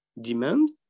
demand